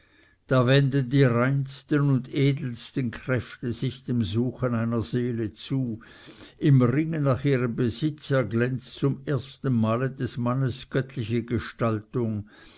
da wenden die reinsten und edelsten kräfte sich dem suchen einer seele zu im ringen nach ihrem besitz erglänzt zum ersten male des mannes göttliche gestaltung